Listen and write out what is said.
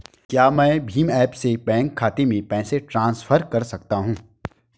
क्या मैं भीम ऐप से बैंक खाते में पैसे ट्रांसफर कर सकता हूँ?